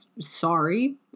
sorry